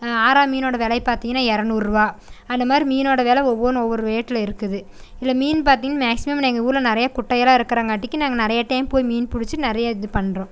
ஆரா மீனோடய விலைய பார்த்தீங்கனா இரநூறு ரூவா அந்தமாதிரி மீனோடய வெலை ஒவ்வொன்றும் ஒவ்வொரு ரேட்டில் இருக்குது இதில் மீன் பார்த்தீங்க மேக்ஸிமம் நான் எங்கள் ஊரில் நிறைய குட்டையெல்லாம் இருக்கிறங்காட்டிக்கி நாங்கள் நிறைய டைம் போய் மீன் பிடுச்சு நிறைய இது பண்ணுறோம்